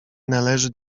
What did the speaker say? należy